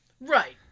right